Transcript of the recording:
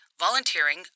volunteering